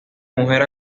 mujer